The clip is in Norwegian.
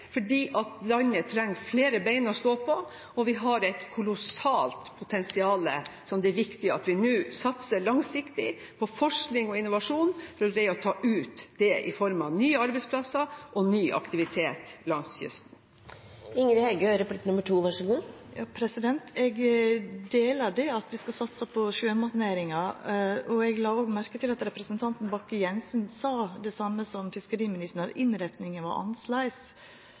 landet trenger flere ben å stå på. Vi har et kolossalt potensial, og det er viktig at vi nå satser langsiktig på forskning og innovasjon for å greie å ta det ut i form av nye arbeidsplasser og ny aktivitet langs kysten. Eg deler det synet at vi skal satsa på sjømatnæringa, og eg la òg merke til at representanten Bakke-Jensen sa det same som fiskeriministeren, at innretninga var